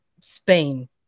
Spain